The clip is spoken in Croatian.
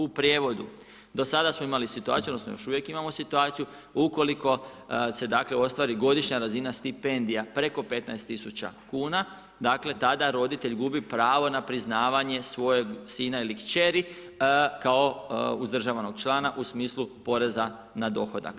U prijevodu, do sada smo imali situaciju, odnosno, još uvijek imamo situaciju, ukoliko se dakle, ostvari godišnja razina stipendija preko 15000 kn, dakle, tada roditelj gubi pravo na priznavanje svojeg sina ili kćeri kao uzdržavanog člana u smislu poreza na dohodak.